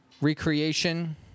recreation